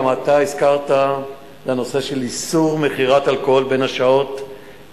גם אתה הזכרת את הנושא של איסור מכירת אלכוהול מ-23:00